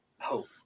Hope